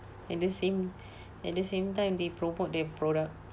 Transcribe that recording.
at the same at the same time they promote their product